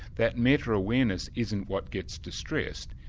that meta-awareness isn't what gets distressed,